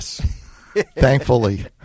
Thankfully